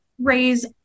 Raise